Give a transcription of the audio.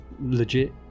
legit